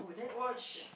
watch